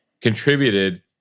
contributed